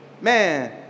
man